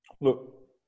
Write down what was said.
Look